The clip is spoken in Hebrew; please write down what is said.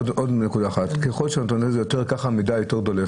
עוד נקודה אחת: ככל שהנתונים --- ככה המידע יותר דולף.